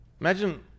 Imagine